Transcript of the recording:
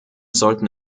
sollten